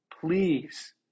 Please